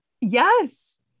Yes